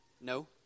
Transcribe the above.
No